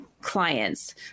clients